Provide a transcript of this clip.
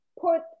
Put